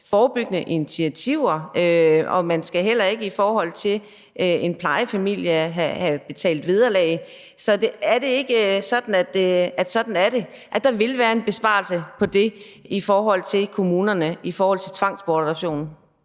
forebyggende initiativer, og man skal heller ikke i forhold til en plejefamilie have betalt vederlag? Så er det ikke sådan, at der for kommunerne vil være en besparelse der ved tvangsbortadoption?